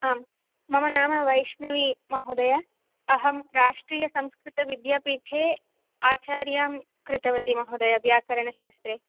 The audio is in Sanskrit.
आम् मम नाम वैष्णवी महोदय अहं राष्ट्रीयसंस्कृतविद्यापीठे आचार्यां कृतवती महोदय व्याकरणशास्त्रे